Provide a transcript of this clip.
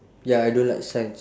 ya I don't like science